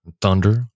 thunder